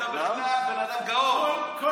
אתה בכלל בן אדם גאון,